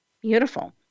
Beautiful